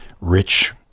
rich